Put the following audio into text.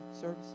service